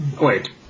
Wait